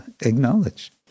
acknowledge